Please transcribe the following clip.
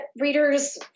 readers